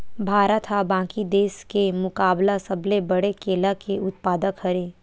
भारत हा बाकि देस के मुकाबला सबले बड़े केला के उत्पादक हरे